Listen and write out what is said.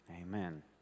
amen